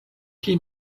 pli